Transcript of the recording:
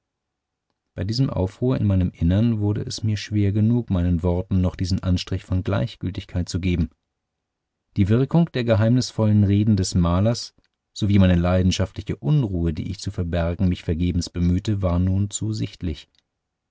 bei dem aufruhr in meinem innern wurde es mir schwer genug meinen worten noch diesen anstrich von gleichgültigkeit zu geben die wirkung der geheimnisvollen reden des malers sowie meine leidenschaftliche unruhe die ich zu verbergen mich vergebens bemühte war nur zu sichtlich